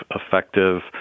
effective